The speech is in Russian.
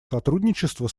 сотрудничества